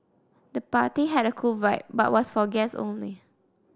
the party had a cool vibe but was for guests only